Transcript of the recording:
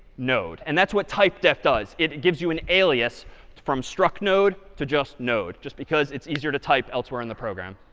node. and that's what typedef does. it gives you an alias from struct node to just node, just because it's easier to type elsewhere in the program.